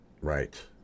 Right